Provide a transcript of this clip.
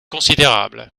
considérable